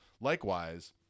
Likewise